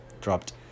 dropped